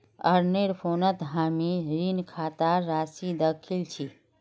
अरनेर फोनत हामी ऋण खातार राशि दखिल छि